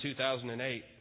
2008